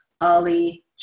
Ali